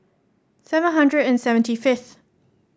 seven hundred and seventy fifth